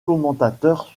commentateur